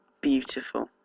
beautiful